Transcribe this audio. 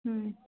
হয়